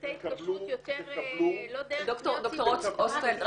פרטי התקשרות לא דרך --- ד"ר אוסטפלד,